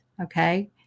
okay